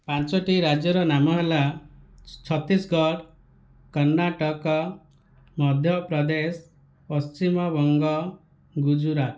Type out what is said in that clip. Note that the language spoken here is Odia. ପାଞ୍ଚୋଟି ରାଜ୍ୟର ନାମ ହେଲା ଛତିଶଗଡ଼ କର୍ଣ୍ଣାଟକ ମଧ୍ୟପ୍ରଦେଶ ପଶ୍ଚିମବଙ୍ଗ ଗୁଜୁରାଟ